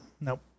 Nope